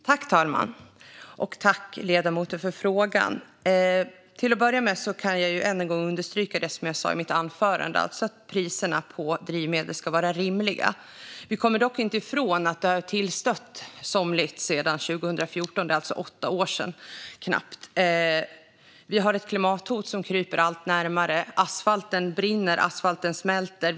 Herr talman! Jag tackar ledamoten för frågorna. Jag kan än en gång understryka det jag sa i mitt anförande, nämligen att priserna på drivmedel ska vara rimliga. Vi kommer dock inte ifrån att det har tillstött somligt sedan 2014, det vill säga för knappt åtta år sedan. Klimathotet kryper allt närmare. Asfalten brinner och smälter.